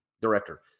director